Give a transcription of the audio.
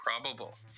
probable